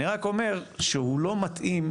אני רק אומר שהוא לא מתאים,